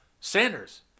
Sanders